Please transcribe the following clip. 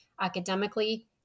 academically